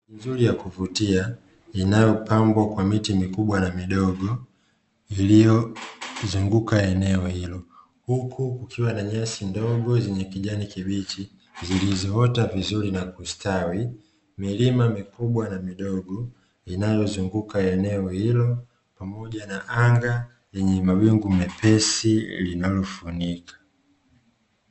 Madhari nzuri ya kuvutia inayopambwa kwa miti mikubwa na mdogo, iliyozunguka eneo hilo huku kukiwa na nyasi ndogo zenye kijani kibichi zilizoota vizuri na kustawi, milima mikubwa na midogo inayozunguka eneo hilo pamoja na anga yenye mawingu mpesi linalofunika.